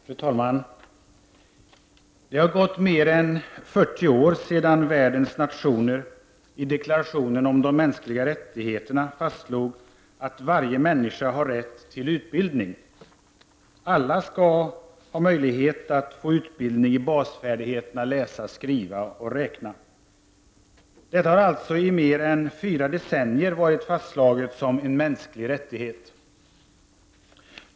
Fru talman! Det har gått mer än 40 år sedan världens nationer i deklarationen om de mänskliga rättigheterna fastslog att varje människa har rätt till utbildning. Alla skall ha möjlighet att få utbildning i basfärdigheterna läsa, skriva och räkna. Detta har alltså i mer än fyra decennier varit fastslaget som en mänsklig rättighet.